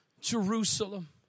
Jerusalem